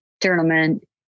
tournament